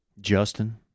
Justin